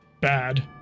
Bad